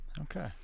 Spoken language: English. Okay